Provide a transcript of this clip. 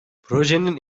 projenin